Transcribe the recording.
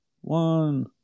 one